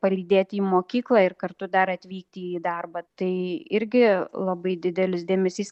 palydėti į mokyklą ir kartu dar atvykti į darbą tai irgi labai didelis dėmesys